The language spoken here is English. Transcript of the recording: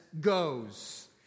goes